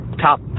top